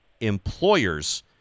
employers